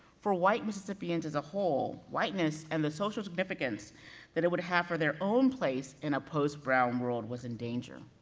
for white mississippians as a whole, whiteness and the social significance that it would have for their own place in a post-brown world, was in danger.